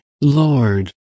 Lord